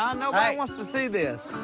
um nobody wants to see this.